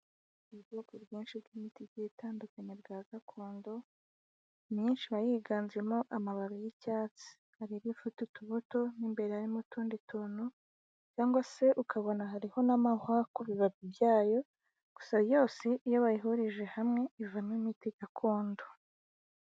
Ubwoko bwishi bw'imiti igiye itandukanye bwa gakondo, imyinshi iba yiganjemo amababi y'icyatsi. Hari iba ifite utuboto mo imbere harimo utundi tuntu, cyangwa se ukabona hariho n'amahwa ku bibabi byayo, gusa yose iyo bayihurije hamwe, ivamo imiti gakondo.